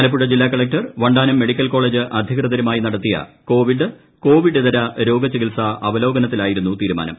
ആലപ്പുഴ ജില്ലാ collector Vandanam medical college അധികൃതരുമായി നടത്തിയ കോവിഡ് കോവിഡിതര രോഗചികിത്സാ അവലോകനത്തിലായിരുന്നു തീരുമാനം